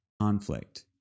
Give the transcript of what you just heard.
conflict